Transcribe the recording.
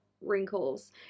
wrinkles